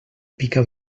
pica